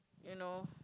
you know